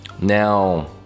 Now